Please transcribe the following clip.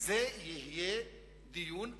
זה יהיה דיון אחר,